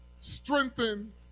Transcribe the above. strengthen